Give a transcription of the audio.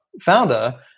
founder